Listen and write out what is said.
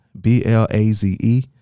B-L-A-Z-E